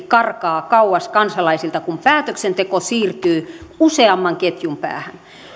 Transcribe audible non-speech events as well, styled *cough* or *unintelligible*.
*unintelligible* karkaa kauas kansalaisilta kun päätöksenteko siirtyy useamman ketjun päähän